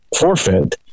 forfeit